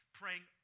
praying